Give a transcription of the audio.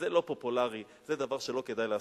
זה לא פופולרי, זה דבר שלא כדאי לעשות.